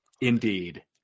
indeed